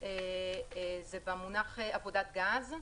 הוא "עבודת גז".